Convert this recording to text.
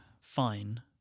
fine